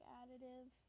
additive